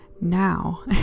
now